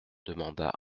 demanda